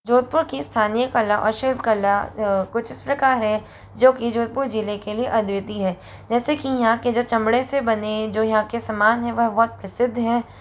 जोधपुर की स्थानीय कला और शिल्प कला कुछ इस प्रकार है जो कि जोधपुर जिले के लिए अद्वितीय है जैसे कि यहाँ के जो चमड़े से बने जो यहाँ के सामान है वह वक्र सिद्ध हैं